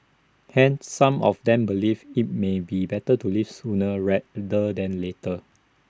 hence some of them believe IT may be better to leave sooner rather than later